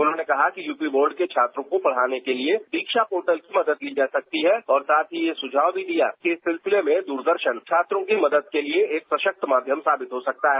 उन्होंने कहा कि यूपी बोर्ड के छात्रों को पढ़ाने के लिए शिक्षा पोर्टल की मदद ली जा सकती है और साथ ही यह सुझाव भी दिया कि इस सिलसिले में दूरदर्शन छात्रों की मदद के लिए एक सशक्त माध्यम साबित हो सकता है